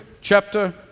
chapter